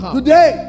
today